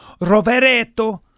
Rovereto